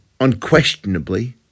Unquestionably